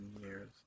years